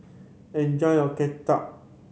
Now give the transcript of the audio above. enjoy your ketupat